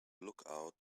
lookout